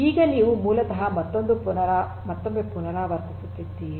ಈಗ ನೀವು ಮೂಲತಃ ಮತ್ತೊಮ್ಮೆ ಪುನರಾವರ್ತಿಸುತ್ತಿದ್ದೀರಿ